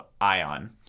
Ion